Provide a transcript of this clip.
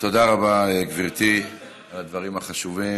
תודה רבה, גברתי, על הדברים החשובים.